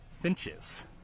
Finches